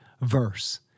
verse